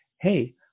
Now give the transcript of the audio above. Hey